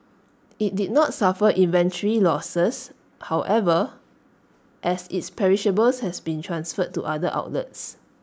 IT did not suffer inventory losses however as its perishables had been transferred to other outlets